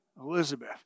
Elizabeth